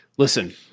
Listen